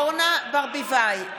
אורנה ברביבאי,